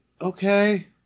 Okay